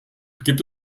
gibt